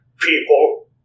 people